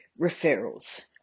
referrals